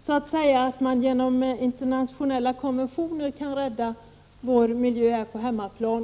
Så det håller inte att säga att man genom internationella konventioner kan rädda vår miljö på hemmaplan.